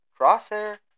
Crosshair